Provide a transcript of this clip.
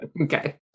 Okay